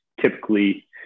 typically